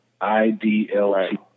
IDLT